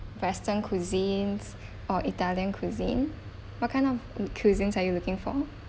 western cuisines or italian cuisine what kind of cuisines are you looking for